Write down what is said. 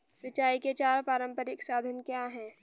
सिंचाई के चार पारंपरिक साधन क्या हैं?